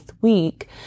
week